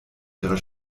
ihrer